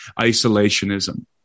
isolationism